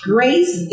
Grace